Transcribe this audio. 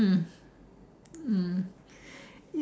mm mm